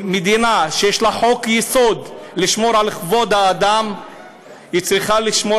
מדינה שיש לה חוק-יסוד לשמור על כבוד האדם צריכה לשמור